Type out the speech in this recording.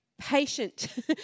patient